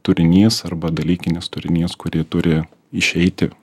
turinys arba dalykinis turinys kurį turi išeiti